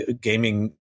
gaming